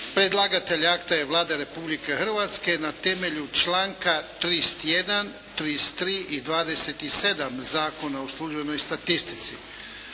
predlagatelja akta je Vlada Republike Hrvatske na temelju članka 31., 33. i 27. Zakona o službenoj statistici.